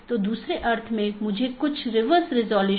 तो यह एक सीधे जुड़े हुए नेटवर्क का परिदृश्य हैं